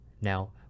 Now